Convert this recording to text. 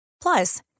Plus